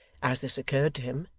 as this occurred to him,